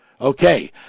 Okay